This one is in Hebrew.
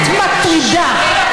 האמת מטרידה.